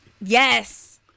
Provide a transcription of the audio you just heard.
Yes